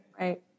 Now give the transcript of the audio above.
Right